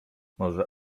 może